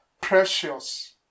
precious